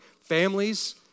Families